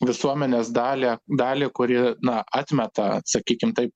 visuomenės dalį dalį kuri na atmeta sakykim taip